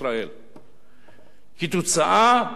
כתוצאה של חיבורים